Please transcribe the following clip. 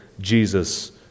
Jesus